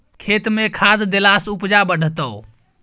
खेतमे खाद देलासँ उपजा बढ़तौ